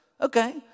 okay